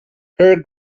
her